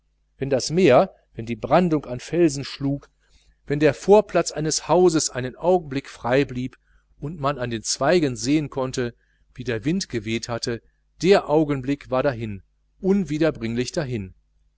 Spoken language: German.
wenn das meer wenn die brandung an felsen schlug wenn der vorplatz eines hauses einen augenblick frei blieb und man an den zweigen sehen konnte wie der wind geweht hatte der augenblick war dahin unwiederbringlich dahin